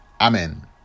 amen